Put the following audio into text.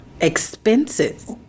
expenses